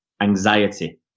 anxiety